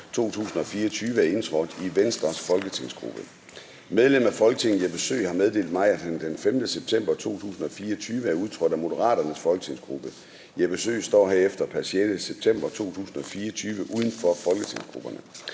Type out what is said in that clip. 2024 er indtrådt i Venstres folketingsgruppe. Medlem af Folketinget Jeppe Søe har meddelt mig, at han den 5. september 2024 er udtrådt af Moderaternes folketingsgruppe. Jeppe Søe står herefter pr. 6. september 2024 uden for folketingsgrupperne.